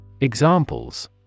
Examples